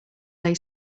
lay